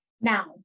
Now